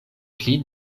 pli